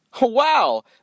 Wow